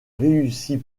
réussit